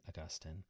Augustine